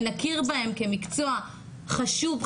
ונכיר בהם כמקצוע חשוב,